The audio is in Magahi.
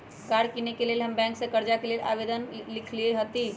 कार किनेके लेल हम बैंक से कर्जा के लेल आवेदन लिखलेए हती